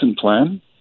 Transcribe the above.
plan